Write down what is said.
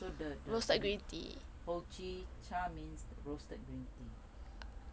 so the the hojicha means roasted green tea